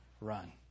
Run